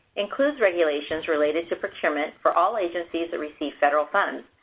includes regulations related to procurement for all agencies that receive federal funds,